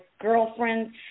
girlfriend